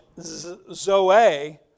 zoe